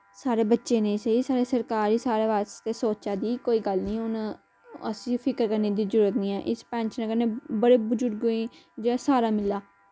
साढ़े बच्चें नेईं सेही साढ़ी सरकार गे साढ़ै वास्तै सोचा करदी ऐ कोई गल्ल नेईं हुन असेंई फिक्र करने दी जरूरत नेईं ऐ इस पेंशन कन्नै बड़े बुजुर्गे जेह्ड़ा साह्रा मिला